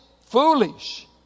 foolish